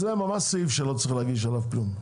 זה ממש סעיף שלא צריך להגיש עליו כלום.